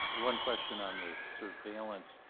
had one question on the surveillance.